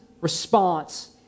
response